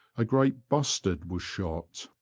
a great bustard was shot.